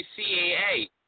CAA